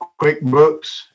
QuickBooks